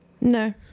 no